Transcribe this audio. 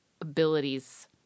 abilities